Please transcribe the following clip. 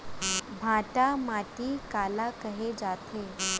भांटा माटी काला कहे जाथे?